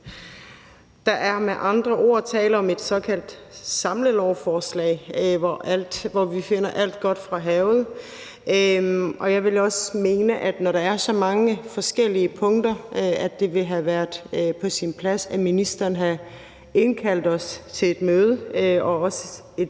Der er med andre ord tale om et såkaldt samlelovforslag, hvor vi finder alt godt fra havet, og jeg vil også mene, at når der er så mange forskellige punkter, ville det have været på sin plads, at ministeren havde indkaldt os til et møde og